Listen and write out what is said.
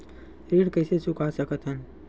ऋण कइसे चुका सकत हन?